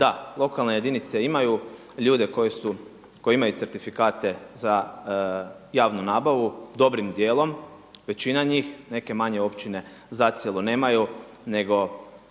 da lokalne jedinice imaju ljude koji imaju certifikate za javnu nabavu dobrim dijelim, većina njih, neke manje općine zacijelo nemaju nego